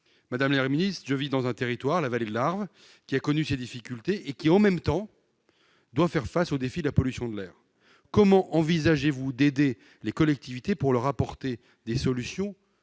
Madame la secrétaire d'État, je vis dans un territoire, la vallée de l'Arve, qui a connu ces difficultés et qui, en même temps, doit faire face au défi de la pollution de l'air. Comment envisagez-vous d'aider les collectivités, de leur apporter des solutions